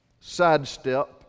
sidestep